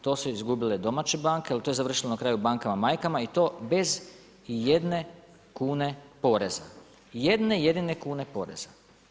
To su izgubile domaće banke jer to je završilo na kraju bankama majkama i to bez ijedne kune poreza, jedne jedine kune poreza.